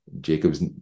Jacob's